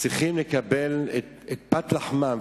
צריכות לקבל את פת לחמן,